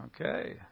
Okay